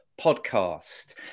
podcast